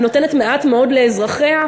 ונותנת מעט מאוד לאזרחיה,